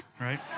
right